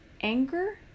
anger